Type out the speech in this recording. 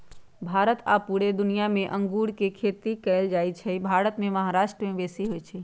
भारत आऽ पुरे दुनियाँ मे अङगुर के खेती कएल जाइ छइ भारत मे महाराष्ट्र में बेशी होई छै